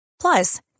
Plus